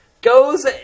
goes